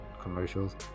commercials